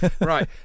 Right